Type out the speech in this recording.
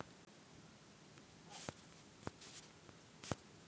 क्या हम अन्य जीवों के प्रयोग से कीट नियंत्रिण विधि को जैविक कीट नियंत्रण कहते हैं?